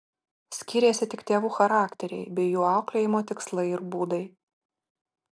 skyrėsi tik tėvų charakteriai bei jų auklėjimo tikslai ir būdai